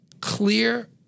clear